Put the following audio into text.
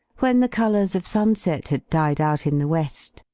when the colors of sunset had died out in the west,